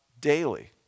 daily